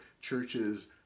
churches